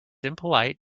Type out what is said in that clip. impolite